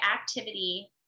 activity